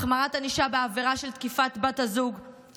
החמרת ענישה בעבירה של תקיפת בת הזוג,